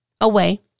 away